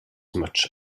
much